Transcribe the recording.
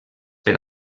per